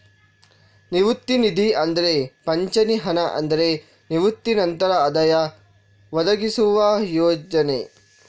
ನಿವೃತ್ತಿ ನಿಧಿ ಅಂದ್ರೆ ಪಿಂಚಣಿ ಹಣ ಅಂದ್ರೆ ನಿವೃತ್ತಿ ನಂತರ ಆದಾಯ ಒದಗಿಸುವ ಯೋಜನೆ